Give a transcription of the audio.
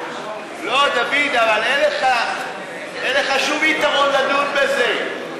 לא, דוד, אבל אין לך, אין לך שום יתרון לדון בזה.